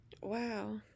Wow